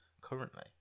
currently